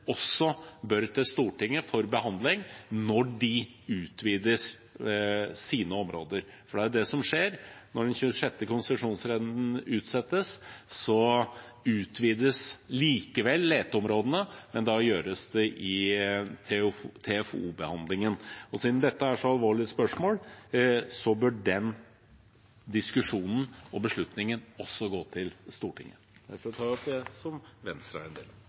også bør til Stortinget for behandling når de utvider sine områder. For det er det som skjer når den 26. konsesjonsrunden utsettes: Da utvides likevel leteområdene, men det gjøres i TFO-behandlingen. Og siden dette er så alvorlige spørsmål, bør den diskusjonen og beslutningen også gå til Stortinget. Regjeringen vil utvikle, ikke avvikle aktiviteten på norsk sokkel, og mener det er